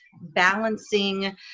balancing